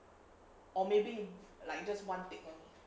or maybe like just one bit only